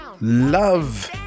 love